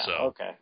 okay